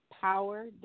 power